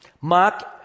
Mark